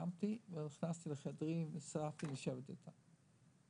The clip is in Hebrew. קמתי ונכנסתי לחדרי וסירבתי לשבת איתם.